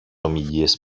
ομιλίες